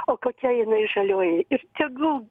o kokia jinai žalioji ir tegul